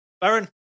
Baron